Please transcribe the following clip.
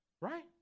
Right